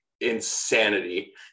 Insanity